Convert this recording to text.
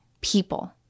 people